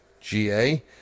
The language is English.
GA